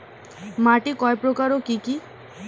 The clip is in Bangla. মাটি কয় প্রকার ও কি কি?